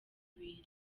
bintu